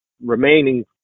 remaining